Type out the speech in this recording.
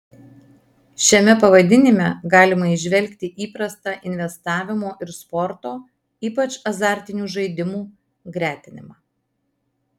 šiame pavadinime galima įžvelgti įprastą investavimo ir sporto ypač azartinių žaidimų gretinimą